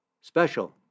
special